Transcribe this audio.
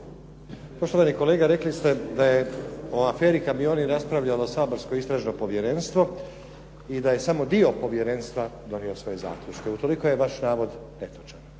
Poštovani kolega, rekli ste da je o "aferi kamioni" raspravljalo saborsko istražno povjerenstvo i da je samo dio povjerenstva donio svoje zaključke. Utoliko je vaš navod netočan.